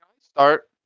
start